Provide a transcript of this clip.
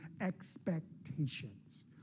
expectations